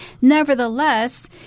Nevertheless